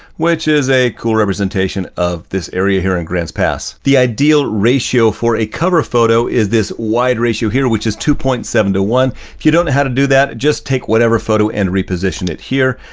which is a cool representation of this area here in grant's pass. the ideal ratio for a cover photo is this wide ratio here, which is two point seven to one. if you don't know how to do that, just take whatever photo and reposition it here.